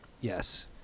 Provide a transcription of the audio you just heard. Yes